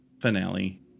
finale